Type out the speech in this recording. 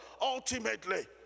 ultimately